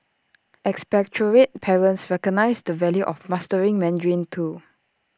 expatriate parents recognise the value of mastering Mandarin too